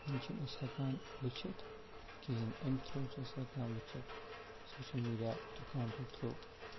یِم چھِنہٕ أسۍ ہٮ۪کان وُچِتھ کِہیٖنۍ أمۍ تھرو چھِ أسۍ ہٮ۪کان وُچتھ سوشِل میٖڈِیا اٮ۪کاوٕنٛٹ تھرو